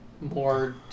more